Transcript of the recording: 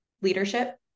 leadership